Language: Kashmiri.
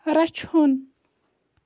رَچھُن